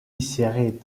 serait